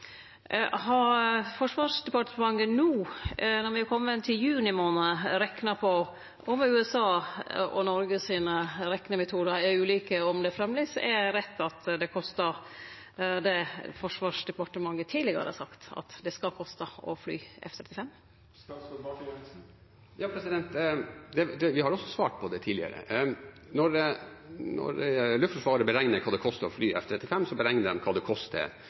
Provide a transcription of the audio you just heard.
Har Forsvarsdepartementet no, når me er komne til juni månad, rekna på kvifor USA og Noreg sine reknemetodar er ulike, og om det framleis er rett at det kostar det Forsvarsdepartementet tidlegare har sagt at det skal koste å fly F-35? Vi har svart på det tidligere også. Når Luftforsvaret beregner kva det koster å fly F-35, beregner de hva det koster for drift og vedlikehold for en time. Det